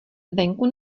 venku